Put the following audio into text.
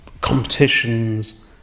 competitions